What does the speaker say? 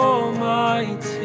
Almighty